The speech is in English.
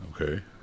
Okay